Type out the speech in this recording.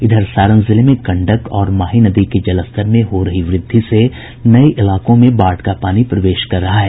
इधर सारण जिले में गंडक और माही नदी के जलस्तर में हो रही वृद्धि से नये इलाकों में बाढ़ का पानी प्रवेश कर रहा है